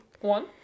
One